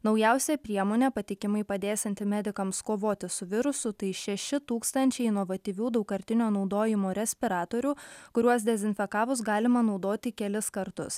naujausia priemonė patikimai padėsianti medikams kovoti su virusu tai šeši tūkstančiai inovatyvių daugkartinio naudojimo respiratorių kuriuos dezinfekavus galima naudoti kelis kartus